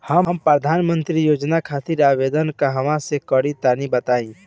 हम प्रधनमंत्री योजना खातिर आवेदन कहवा से करि तनि बताईं?